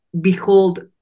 behold